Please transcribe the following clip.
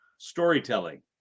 storytelling